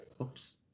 Oops